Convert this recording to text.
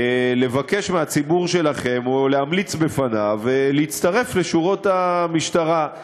לבקש מהציבור שלכם או להמליץ בפניו להצטרף לשורות המשטרה.